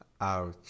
Ouch